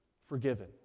forgiven